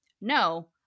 no